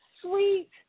Sweet